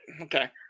Okay